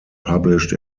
published